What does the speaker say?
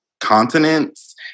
continents